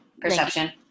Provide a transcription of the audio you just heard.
Perception